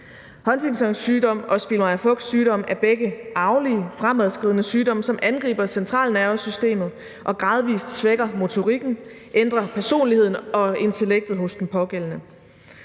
sygdom og Spielmeyer-Vogts sygdom er begge arvelige fremadskridende sygdomme, som angriber centralnervesystemet og gradvis svækker motorikken og ændrer personligheden og intellektet hos den pågældende.